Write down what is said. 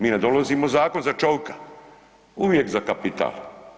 Mi ne dolazimo zakon za čovika, uvijek za kapital.